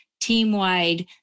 team-wide